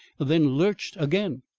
then lurched again.